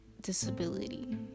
disability